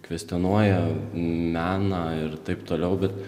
kvestionuoja meną ir taip toliau bet